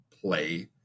play